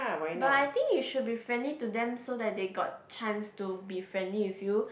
but I think you should be friendly to them so that they got chance to be friendly with you